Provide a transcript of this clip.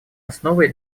основой